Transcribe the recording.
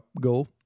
go